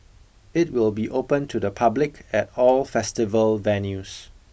it will be open to the public at all festival venues